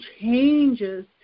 changes